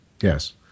yes